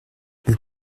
vous